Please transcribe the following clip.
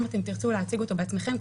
אם אתם תרצו להציג אותו בעצמכם,